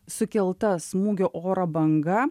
sukelta smūgio oro banga